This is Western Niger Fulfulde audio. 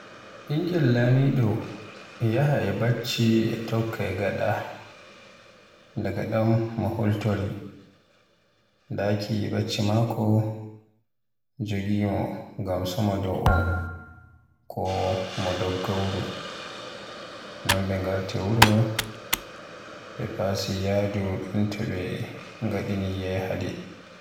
ɓingel Lamiɗo e yaha bacci e tokka gaɗa, daga ɗon mo holtori. Daaki bacci maakko jongi mo ngam so mo do'o ko mo dogga wuro. Non no ɓe ngarti wuro ɓe fasi yahdu ɗon to ɓe ngadi niyya yahde.